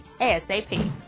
ASAP